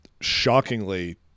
shockingly